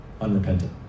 Unrepentant